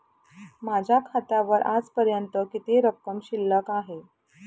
माझ्या खात्यावर आजपर्यंत किती रक्कम शिल्लक आहे?